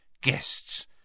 guests